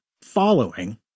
following